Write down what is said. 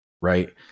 right